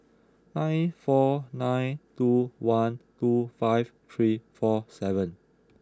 nine four nine two one two five three four seven